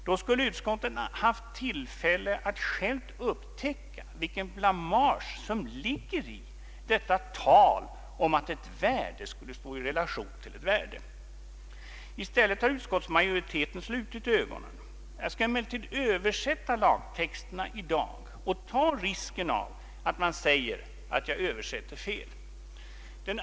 Då skulle utskottet fått tillfälle att självt upptäcka vilken blamage som ligger i detta tal om att ett värde skulle stå i relation till ett värde. I stället har utskottsmajoriteten slutit ögonen. Jag skall emellertid översätta lagtexterna i dag och ta risken att man säger att jag översätter fel.